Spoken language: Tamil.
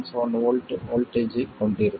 7 V வோல்ட்டேஜ் ஐக் கொண்டிருக்கும்